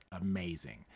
amazing